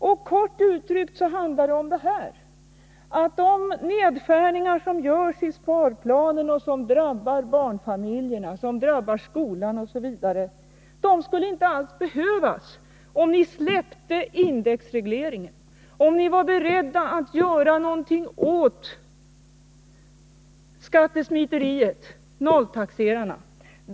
Vad det handlar om är kort uttryckt att de nedskärningar som föreslås i sparplanen och som drabbar barnfamiljerna, skolan osv. inte alls skulle behöva göras, om ni bara avstod från indexregleringen av skatteskalorna och om ni var beredda att göra någonting åt skattesmiteriet, nolltaxerarna.